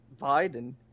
biden